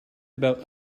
about